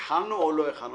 החלנו או לא החלנו?